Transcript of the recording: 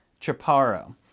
Chaparro